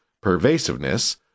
pervasiveness